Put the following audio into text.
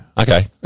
Okay